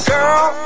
Girl